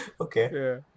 okay